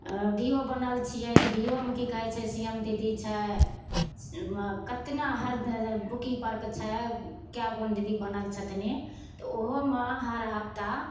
हम भी ओ बनल छिए तऽ भी ओमे कि कहै छै सी एम दीदी छै ओहिमे कतना हरद बुकीपरके छै कैगो ने दीदी बनल छथिन तऽ ओहोमे हर हफ्ता